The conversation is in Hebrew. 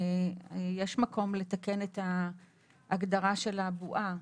יש מקום לתקן את ההגדרה של הבועה,